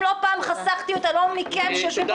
כמו שמצפים